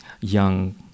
young